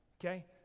Okay